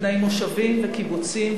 בני מושבים וקיבוצים,